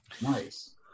Nice